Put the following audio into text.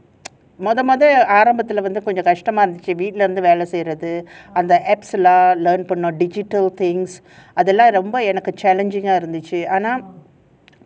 மொத மொத ஆரம்பத்துல வந்து கொஞ்சம் கஷ்டமா இருந்துச்சு வீட்ல இருந்து வேலை சேயிறது அந்த:motha motha aarambathula vanthu konjam kashtma irunthuchu veetla irunthu velai seiyrathu antha digital things எல்லாம் எனக்கு:ellam enakku challenging இருந்துச்சு:irunthuchu